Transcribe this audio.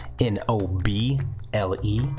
N-O-B-L-E